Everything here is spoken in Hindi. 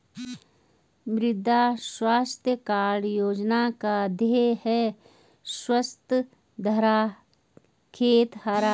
मृदा स्वास्थ्य कार्ड योजना का ध्येय है स्वस्थ धरा, खेत हरा